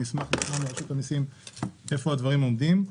אני אשמח לשמוע מרשות המיסים איפה הדברים עומדים.